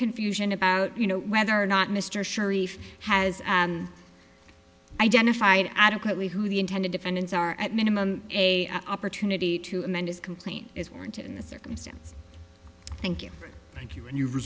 confusion about you know whether or not mr sharif has identified adequately who the intended defendants are at minimum a opportunity to amend his complaint is warranted in this circumstance thank you thank you and you